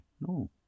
no